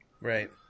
Right